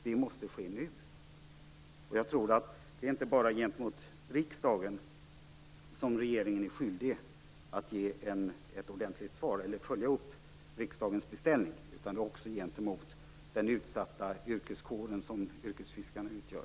Det måste ske nu! Jag anser att det inte bara är gentemot riksdagen som regeringen är skyldig att ge ett ordentligt svar och följa upp riksdagens beställning utan också gentemot den utsatta yrkeskår som yrkesfiskarna utgör.